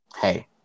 hey